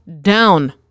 down